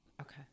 Okay